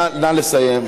נא לסיים.